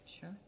Sure